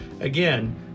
Again